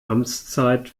amtszeit